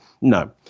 No